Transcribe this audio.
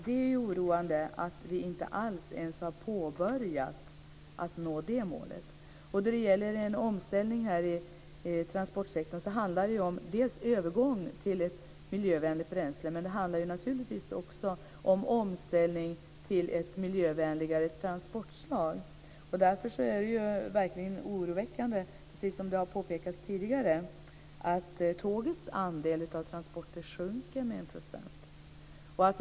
Det är oroande att vi inte alls ens har påbörjat arbetet med att nå det målet. När det gäller en omställning i transportsektorn handlar det om en övergång till ett miljövänligt bränsle. Men det handlar naturligtvis också om en omställning till ett miljövänligare transportslag. Därför är det verkligen oroväckande, precis som det har påpekats tidigare, att tågets andel av transporterna sjunker med 1 %.